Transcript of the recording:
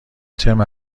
ترم